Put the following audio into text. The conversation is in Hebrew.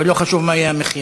ולא חשוב מה יהיה המחיר.